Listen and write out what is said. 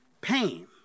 pain